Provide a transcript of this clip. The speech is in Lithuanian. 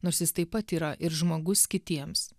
nors jis taip pat yra ir žmogus kitiems